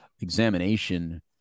examination